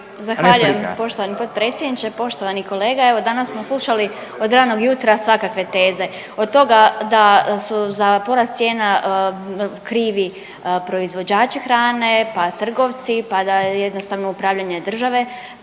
Zahvaljujem poštovani potpredsjedniče, poštovani kolega, evo danas smo slušali od ranog jutra svakakve teze. Od toga da su za porast cijena krivi proizvođači hrane pa trgovci pa da jednostavno upravljanje države